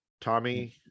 tommy